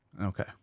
Okay